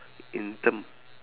in turn